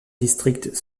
district